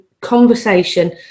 conversation